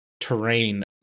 terrain